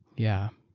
yeah.